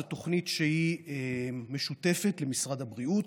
זו תוכנית שהיא משותפת למשרד הבריאות,